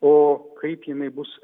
o kaip jinai bus